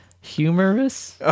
humorous